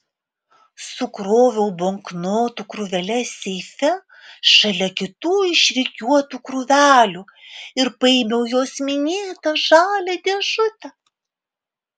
sukroviau banknotų krūveles seife šalia kitų išrikiuotų krūvelių ir paėmiau jos minėtą žalią dėžutę